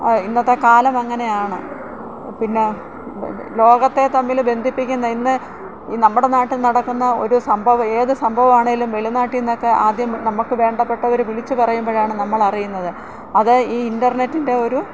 ഇന്നത്തെ കാലം അങ്ങനെയാണ് പിന്നെ ലോകത്തെ തമ്മിൽ ബന്ധിപ്പിക്കുന്ന ഇന്ന് നമ്മുടെ നാട്ടിൽ നടക്കുന്ന ഒരു സംഭവം ഏത് സംഭവം ആണെങ്കിലും വെളി നാട്ടിൽനിന്ന് ഒക്കെ ആദ്യം നമുക്ക് വേണ്ടപ്പെട്ടവർ വിളിച്ച് പറയുമ്പോഴാണ് നമ്മൾ അറിയുന്നത് അത് ഈ ഇൻറ്റർനെറ്റിൻ്റെ ഒരു